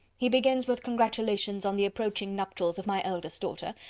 he begins with congratulations on the approaching nuptials of my eldest daughter,